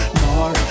More